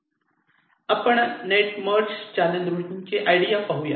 आपण net merge channel routing ची idea पाहूया